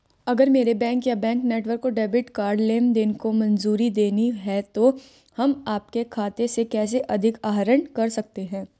अगर मेरे बैंक या बैंक नेटवर्क को डेबिट कार्ड लेनदेन को मंजूरी देनी है तो हम आपके खाते से कैसे अधिक आहरण कर सकते हैं?